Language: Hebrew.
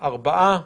ארבעה.